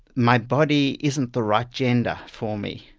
my body isn't the right gender for me.